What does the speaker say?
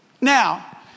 Now